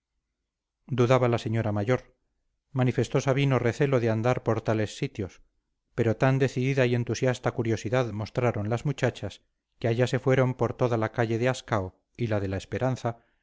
dudaba la señora mayor manifestó sabino recelo de andar por tales sitios pero tan decidida y entusiasta curiosidad mostraron las muchachas que allá se fueron por toda la calle de ascao y la de la esperanza